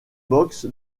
box